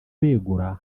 begura